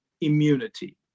immunity